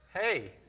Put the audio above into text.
Hey